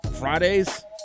fridays